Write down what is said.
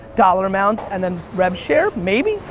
dollar amount and then rev share. maybe,